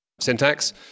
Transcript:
syntax